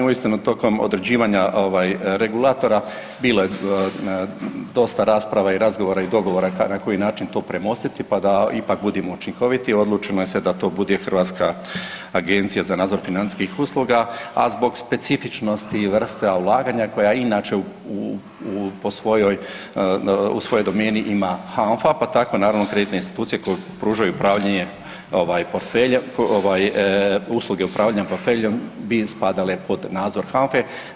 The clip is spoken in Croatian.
Uistinu …/Govornik se ne razumjie/… određivanja ovaj regulatora, bilo je dosta rasprava i razgovora i dogovora na koji način to premostiti, pa da ipak budemo učinkoviti, odlučeno je sve da to bude Hrvatska agencija za nadzor financijskih usluga, a zbog specifičnosti i vrsta ulaganja koja inače u svojoj domeni ima HANFA, pa tako naravno kreditne institucije koje pružaju upravljanje portfeljem ovaj usluge upravljanja portfeljem bi spadale pod nadzor HANFA-e.